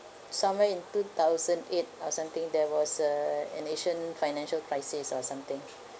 somewhere in two thousand eight or something there was a an asian financial crisis or something